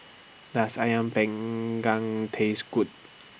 Does Ayam Panggang Taste Good